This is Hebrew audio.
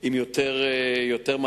עם יותר מעצרים.